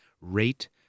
rate